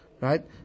right